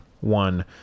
one